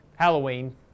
Halloween